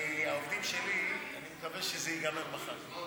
כי העובדים שלי, אני מקווה שזה ייגמר מחר.